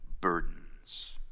burdens